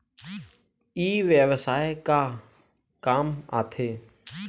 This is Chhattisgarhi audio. ई व्यवसाय का काम आथे?